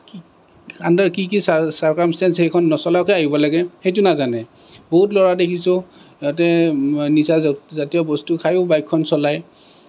under কি কি circumstance সেইখন নচলোৱাকৈ আহিব লাগে সেইটো নাজানে বহুত ল'ৰা দেখিছোঁ সিহঁতে নিচাজাতীয় বস্তু খাইয়ো বাইকখন চলায়